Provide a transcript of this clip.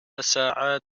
ساعات